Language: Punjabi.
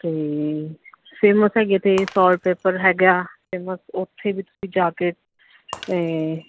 ਅਤੇ ਫੇਮਸ ਹੈਗੇ ਅਤੇ ਪੇਪਰ ਹੈਗਾ ਫੇਮਸ ਉੱਥੇ ਵੀ ਤੁਸੀਂ ਜਾ ਕੇ ਇਹ